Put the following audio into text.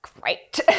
great